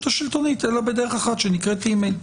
השלטונית אלא בדרך אחת שנקראת אי-מייל.